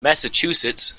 massachusetts